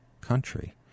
country